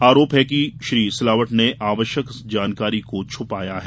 आरोप है कि श्री सिलावट ने आवश्यक जानकारी को छ्पाया है